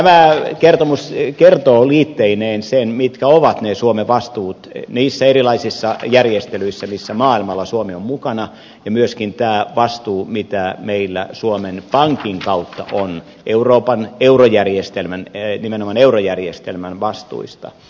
tämä kertomus kertoo liitteineen sen mitkä ovat ne suomen vastuut niissä erilaisissa järjestelyissä missä maailmalla suomi on mukana ja myöskin tämä vastuu mitä meillä suomen pankin kautta on eurojärjestelmän vastuista